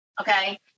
Okay